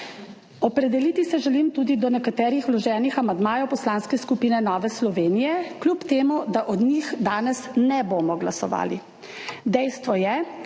Opredeliti se želim tudi do nekaterih vloženih amandmajev Poslanske skupine Nova Slovenija, kljub temu, da o njih danes ne bomo glasovali. Dejstvo je,